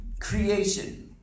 creation